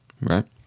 Right